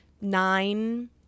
nine